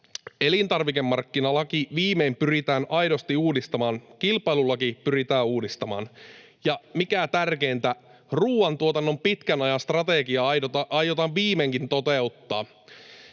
Elintarvikemarkkinalaki viimein pyritään aidosti uudistamaan. Kilpailulaki pyritään uudistamaan. Ja mikä tärkeintä, ruoantuotannon pitkän ajan strategia aiotaan viimeinkin toteuttaa.